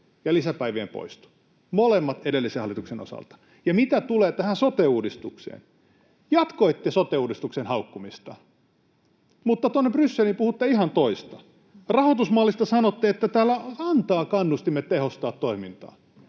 ja lisäpäivien poisto — molemmat edellisen hallituksen osalta. Mitä tulee tähän sote-uudistukseen, jatkoitte sote-uudistuksen haukkumista, mutta tuonne Brysseliin puhutte ihan toista. Rahoitusmallista sanotte, että tämä antaa kannustimet tehostaa toimintaa.